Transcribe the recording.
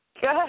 Good